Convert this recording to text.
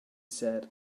said